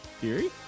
Theory